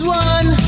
one